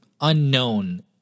unknown